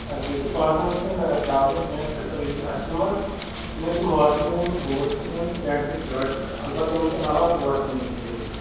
پوٚنٛسَن ہٕنٛز چھنہٕ پرابلِم کینٛہہ تہٕ اَسہِ چھُ یِمن چھُ موزٕ تہِ نیُن بوٗٹ تہِ چھُ نیُن پینٛٹ تہِ شٲٹ تہِ اَلبتہٕ یِمن چھُ اَمہِ اَلاوٕ کوٹ تہِ نیُن سۭتۍ حظ